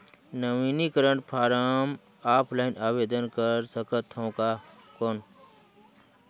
नवीनीकरण form offline आवेदन कर सकत हो कौन?